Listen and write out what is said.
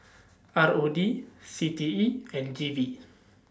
R O D C T E and G V